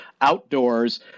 outdoors